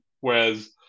Whereas